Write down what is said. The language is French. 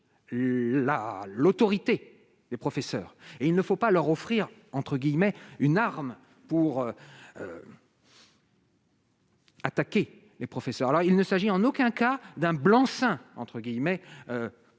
l'autorité des professeurs et il ne faut pas leur offrir entre guillemets une arme pour. Attaquer les professeurs, alors il ne s'agit en aucun cas d'un blanc-seing entre guillemets